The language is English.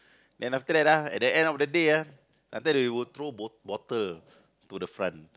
then after that ah at the end of the day ah after that they will throw bo~ bottle to the front